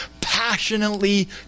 passionately